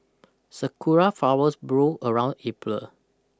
sakura flowers bloom around April